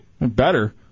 better